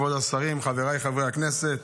כבוד השרים, חבריי חברי הכנסת,